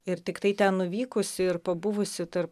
ir tiktai ten nuvykusi ir pabuvusi tarp